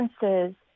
differences